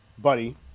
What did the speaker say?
Buddy